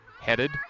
Headed